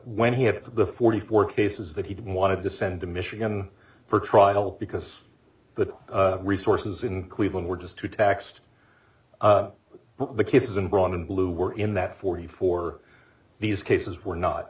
when he had the forty four cases that he wanted to send to michigan for trial because the resources in cleveland were just too taxed but the cases and brought in blue were in that forty four these cases were not